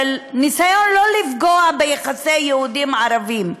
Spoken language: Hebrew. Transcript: של ניסיון לא לפגוע ביחסי יהודים ערבים.